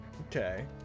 Okay